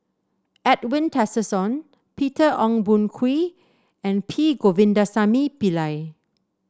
Edwin Tessensohn Peter Ong Boon Kwee and P Govindasamy Pillai